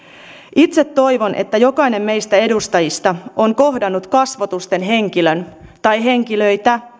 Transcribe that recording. itse toivon että jokainen meistä edustajista on kohdannut kasvotusten henkilön tai henkilöitä